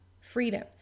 freedom